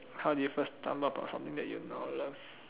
how do you first stumble upon something that you now love